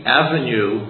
avenue